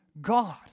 god